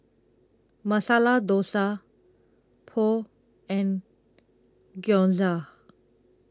Masala Dosa Pho and Gyoza